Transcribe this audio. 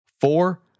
Four